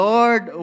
Lord